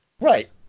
Right